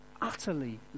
utterly